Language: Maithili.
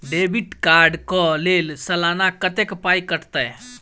डेबिट कार्ड कऽ लेल सलाना कत्तेक पाई कटतै?